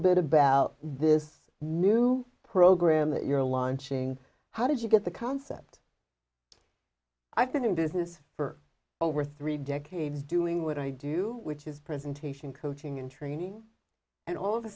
bit about this new program that you're launching how did you get the concept i've been in business for over three decades doing what i do which is presentation coaching and training and all of a